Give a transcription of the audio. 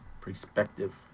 perspective